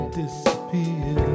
disappear